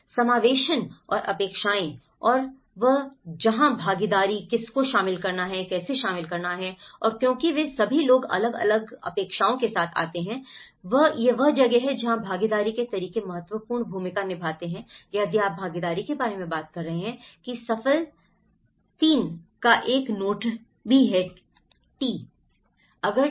समावेशन और अपेक्षाएं और वह है जहां भागीदारी किसको शामिल करना है कैसे शामिल करना है और क्योंकि वे सभी अलग अलग अपेक्षाएं हैं और यह वह जगह है जहां भागीदारी के तरीके महत्वपूर्ण भूमिका निभाते हैं यदि आप भागीदारी के बारे में बात कर रहे हैं कि सफल 3 का एक नोट भी है टी